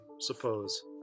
suppose